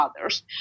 others